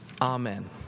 Amen